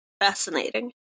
Fascinating